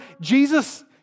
Jesus